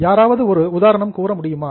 யாராவது ஒரு உதாரணம் கூற முடியுமா